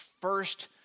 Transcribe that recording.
first